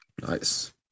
Nice